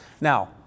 Now